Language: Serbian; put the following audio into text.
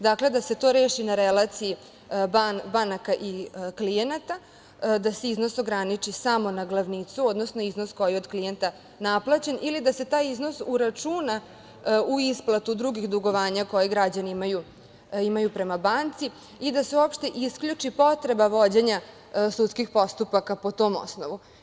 Dakle, da se to reši na relaciji banaka i klijenata, da se iznos ograniči samo na glavnicu, odnosno iznos koji je od klijenta naplaćen ili da se taj iznos uračuna u isplatu drugih dugovanja koja građani imaju prema banci i da se uopšte isključi potreba vođenja sudskih postupaka po tom osnovu.